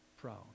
proud